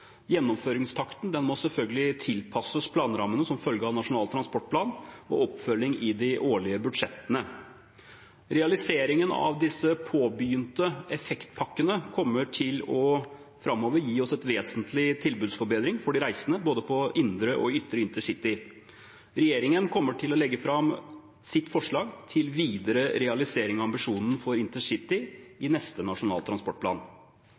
Gjennomføringstakten må selvfølgelig tilpasses planrammene som følge av Nasjonal transportplan og oppfølging i de årlige budsjettene. Realiseringen av disse påbegynte effektpakkene kommer framover til å gi oss en vesentlig tilbudsforbedring for de reisende, både på indre og ytre intercity. Regjeringen kommer til å legge fram sitt forslag til videre realisering av ambisjonen for intercity i neste Nasjonal transportplan.